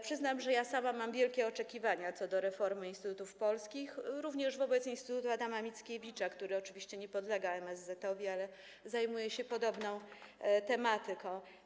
Przyznam, że ja sama mam wielkie oczekiwania co do reformy instytutów polskich, jak również wobec Instytutu Adama Mickiewicza, który oczywiście nie podlega MSZ, ale zajmuje się podobną tematyką.